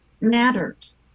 matters